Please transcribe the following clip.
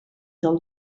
del